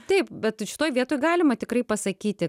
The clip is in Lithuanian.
taip bet šitoj vietoj galima tikrai pasakyti